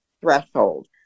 threshold